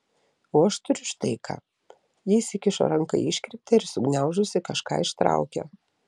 o aš turiu štai ką ji įsikišo ranką į iškirptę ir sugniaužusi kažką ištraukė